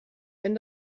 wenn